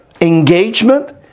engagement